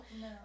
No